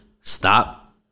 stop